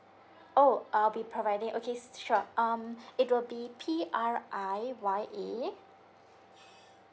oh I'll be providing okay sure um it will be P R I Y A